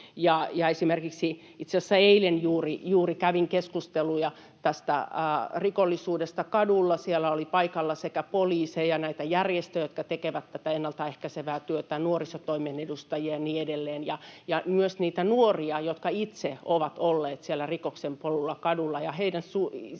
juuri eilen — kävin keskusteluja tästä rikollisuudesta kaduilla, ja siellä oli paikalla poliiseja, näitä järjestöjä, jotka tekevät tätä ennaltaehkäisevää työtä, ja nuorisotoimen edustajia ja niin edelleen ja myös niitä nuoria, jotka itse ovat olleet siellä rikoksen polulla kadulla.